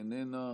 איננה,